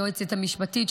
היועצת המשפטית,